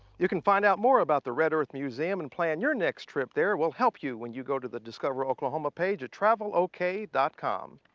you can find out more about the red earth museum and plan your next trip there. we'll help you when you go to the discover oklahoma page at travel ok dot com.